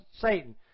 Satan